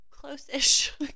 close-ish